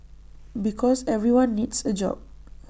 because everyone needs A job